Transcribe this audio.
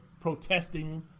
protesting